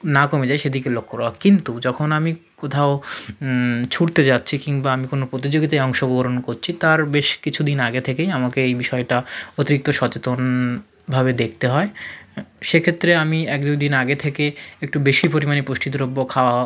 না কমে যায় সেদিকে লক্ষ্য রাখ কিন্তু যখন আমি কোথাও ছুটতে যাচ্ছি কিংবা আমি কোনো প্রতিযোগিতায় অংশগোরণ করছি তার বেশ কিছু দিন আগে থেকেই আমাকে এই বিষয়টা অতিরিক্ত সচেতনভাবে দেখতে হয় সেক্ষেত্রে আমি এক দু দিন আগে থেকে একটু বেশি পরিমাণে পুষ্টি দ্রব্য খাওয়া